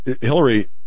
Hillary